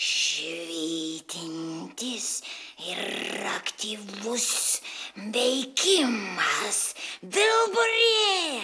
švytintis ir aktyvus veikimas vilburi